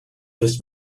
this